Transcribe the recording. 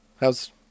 how's